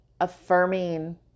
affirming